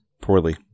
Poorly